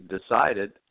decided